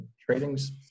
trading's